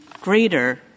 greater —